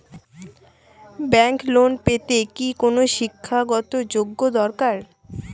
Bank loan পেতে কি কোনো শিক্ষা গত যোগ্য দরকার?